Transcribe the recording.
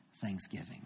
thanksgiving